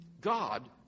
God